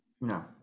No